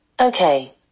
Okay